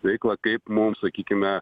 veiklą kaip mums sakykime